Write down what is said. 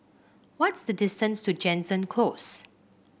what is the distance to Jansen Close